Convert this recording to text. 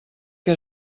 que